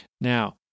Now